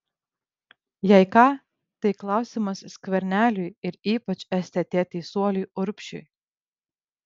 jei ką tai klausimas skverneliui ir ypač stt teisuoliui urbšiui